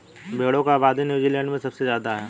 भेड़ों की आबादी नूज़ीलैण्ड में सबसे ज्यादा है